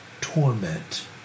torment